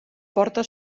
porta